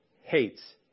hates